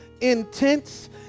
intense